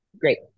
Great